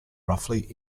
roughly